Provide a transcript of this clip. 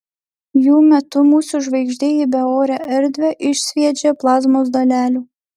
jų metu mūsų žvaigždė į beorę erdvę išsviedžia plazmos dalelių